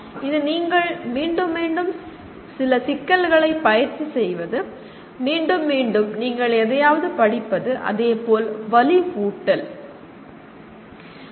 இது நீங்கள் மீண்டும் மீண்டும் சில சிக்கல்களைப் பயிற்சி செய்வது மீண்டும் மீண்டும் நீங்கள் எதையாவது படிப்பது அதேபோல் "வலுவூட்டல்"